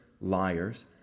liars